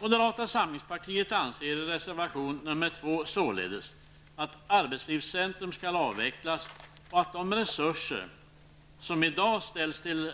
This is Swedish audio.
Moderata samlingspartiet anser således i reservation nr 2, att arbetslivscentrum skall avvecklas och att de resurser som i dag ställs till